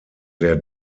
der